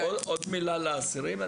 עוד מילה על האסירים.